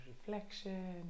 reflection